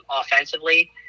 offensively